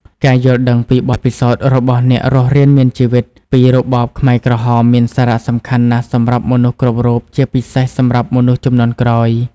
ការយល់ដឹងពីបទពិសោធន៍របស់អ្នករស់រានមានជីវិតពីរបបខ្មែរក្រហមមានសារៈសំខាន់ណាស់សម្រាប់មនុស្សគ្រប់រូប ជាពិសេសសម្រាប់មនុស្សជំនាន់ក្រោយ។